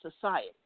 society